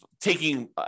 taking